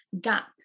gap